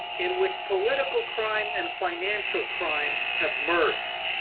in which political crime and financial crime have merged.